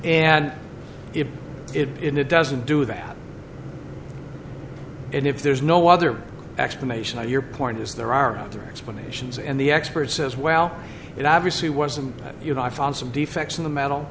and if it doesn't do that and if there's no other explanation your point is there are other explanations and the expert says well it obviously wasn't you know i found some defects in the metal